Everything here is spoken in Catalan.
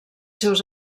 seus